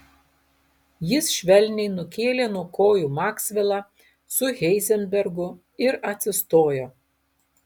jis švelniai nukėlė nuo kojų maksvelą su heizenbergu ir atsistojo